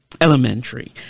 elementary